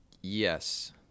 Yes